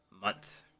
month